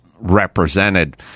represented